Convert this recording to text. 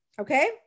Okay